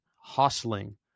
hustling